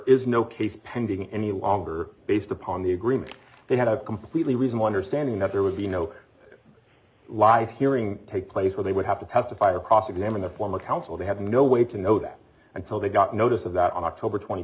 is no case pending any longer based upon the agreement they have completely reason wander standing that there would be no live hearing take place where they would have to testify or cross examine the former counsel they have no way to know that until they got notice of that on october twenty